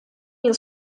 yıl